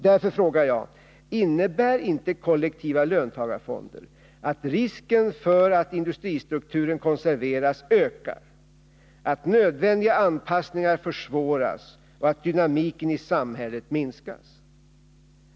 Därför frågar jag: Innebär inte kollektiva löntagarfonder att risken för att industristrukturen konserveras ökar, att nödvändiga anpassningar försvåras och att dynamiken i samhället minskas?